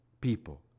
people